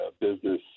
business